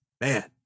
man